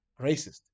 racist